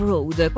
Road